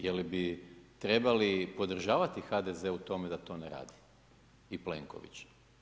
Je li bi trebali podržavati HDZ-e u tome da to ne radi i Plenkovića?